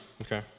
Okay